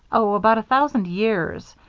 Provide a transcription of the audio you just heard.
oh, about a thousand years,